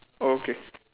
okay